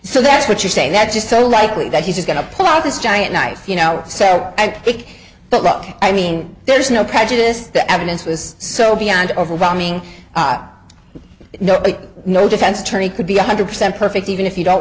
so that's what you're saying that's just so likely that he's going to pull out this giant knife you know so i think but look i mean there's no prejudice the evidence was so beyond overwhelming no defense attorney could be one hundred percent perfect even if you don't